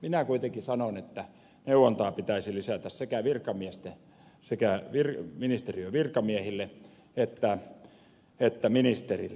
minä kuitenkin sanon että neuvontaa pitäisi lisätä sekä ministeriön virkamiehille että ministerille